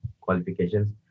qualifications